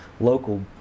local